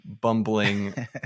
bumbling